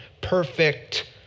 perfect